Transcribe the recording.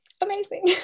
amazing